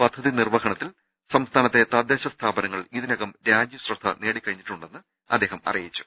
പദ്ധതി നിർവഹണ ത്തിൽ സംസ്ഥാനത്തെ തദ്ദേശ സ്ഥാപനങ്ങൾ ഇതിനകം രാജ്യശ്രദ്ധ നേടി ക്കഴിഞ്ഞിട്ടുണ്ടെന്നും അദ്ദേഹം അറിയിച്ചു